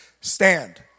stand